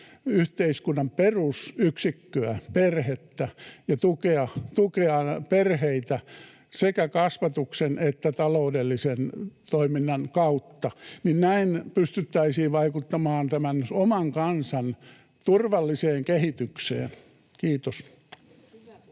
yhteiskunnan perusyksikköä, perhettä, ja tukea perheitä sekä kasvatuksen että taloudellisen toiminnan kautta. Näin pystyttäisiin vaikuttamaan tämän oman kansan turvalliseen kehitykseen. — Kiitos.